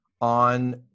on